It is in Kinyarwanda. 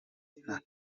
nta